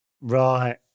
Right